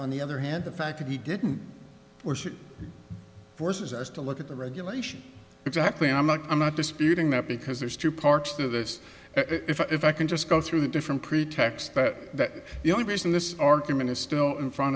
on the other hand the fact that he didn't force it forces us to look at the regulation exactly i'm not i'm not disputing that because there's two parts to this if i can just go through the different pretext that the only reason this argument is still in front